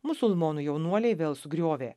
musulmonų jaunuoliai vėl sugriovė